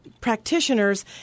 practitioners